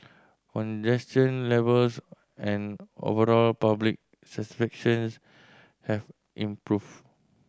congestion levels and overall public satisfactions have improved